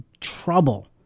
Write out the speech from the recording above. trouble